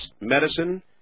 medicine